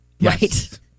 Right